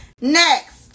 next